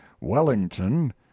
Wellington